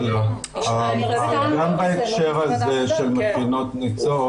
גם בהקשר הזה של מכינות ניצוץ,